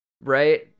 right